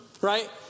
right